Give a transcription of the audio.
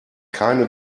keine